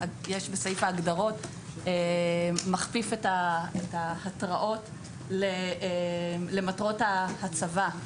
בסעיף ההגדרות מכפיף את ההתראות למטרות ההצבה.